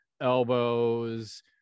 elbows